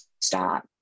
stop